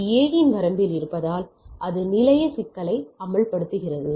இது A இன் வரம்பில் இருப்பதால் அது நிலைய சிக்கலை அம்பலப்படுத்துகிறது